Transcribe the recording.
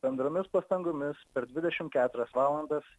bendromis pastangomis per dvidešimt keturias valandas